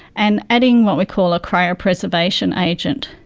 and adding what we call a cryopreservation agent.